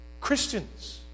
Christians